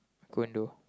condo